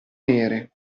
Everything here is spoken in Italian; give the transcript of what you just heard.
nere